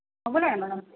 बोला ना मॅडम